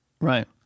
Right